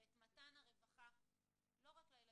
ואת מתן הרווחה לא רק לילדים,